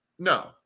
no